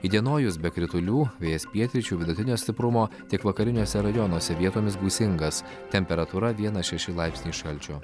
įdienojus be kritulių vėjas pietryčių vidutinio stiprumo tik vakariniuose rajonuose vietomis gūsingas temperatūra vienas šeši laipsniai šalčio